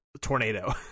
tornado